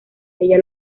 ella